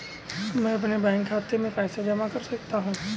मैं अपने बैंक खाते में पैसे कैसे जमा कर सकता हूँ?